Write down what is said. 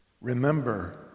Remember